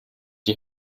die